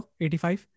85